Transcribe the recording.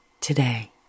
today